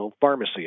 pharmacy